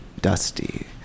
dusty